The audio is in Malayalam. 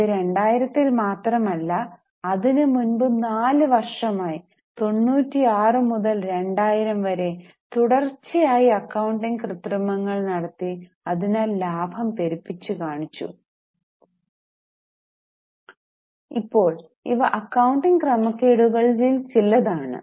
ഇത് 2000 ൽ മാത്രമല്ല അതിനു മുൻപ് നാല് വർഷമായി 96 മുതൽ 2000 വരെ തുടർച്ചയായി അക്കൌണ്ടിംഗ് കൃത്രിമങ്ങൾ നടത്തി അതിനാൽ ലാഭം പെരുപ്പിച്ചു കാണിച്ചു ഇപ്പോൾ ഇവ അക്കൌണ്ടിംഗ് ക്രമക്കേടുകളിൽ ചിലതാണ്